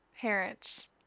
parents